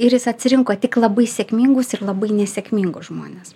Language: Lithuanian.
ir jis atsirinko tik labai sėkmingus ir labai nesėkmingus žmones